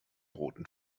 roten